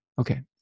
okay